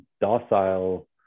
docile